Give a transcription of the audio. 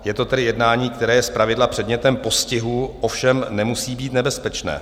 Je to tedy jednání, které je z pravidla předmětem postihu, ovšem nemusí být nebezpečné.